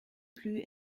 plus